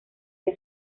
día